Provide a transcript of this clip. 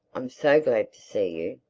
i'm so glad to see you.